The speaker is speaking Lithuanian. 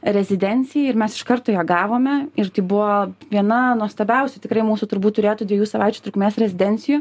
rezidencijai ir mes iš karto ją gavome ir tai buvo viena nuostabiausių tikrai mūsų turbūt turėtų dviejų savaičių trukmės rezidencijų